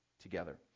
together